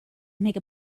make